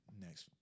next